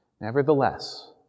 nevertheless